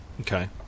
Okay